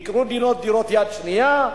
יקנו דירות יד שנייה.